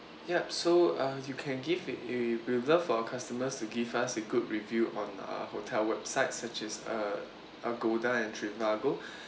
yup so uh you can give we'd we we'd love for customers to give us a good review on uh hotel websites such as uh agoda and trivago